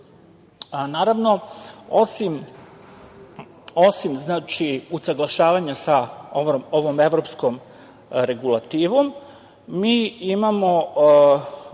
odnose. Naravno, osim znači, usaglašavanja sa ovom evropskom regulativom, mi imamo